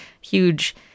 huge